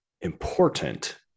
important